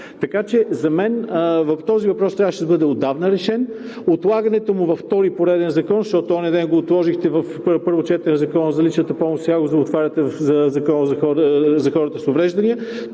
Така че за мен този въпрос трябваше да бъде отдавна решен. Отлагането му във втори пореден закон, защото онзи ден го отложихте в първо четене на Закона за личната помощ, сега го отлагате в Закона за хората с увреждания